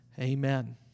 amen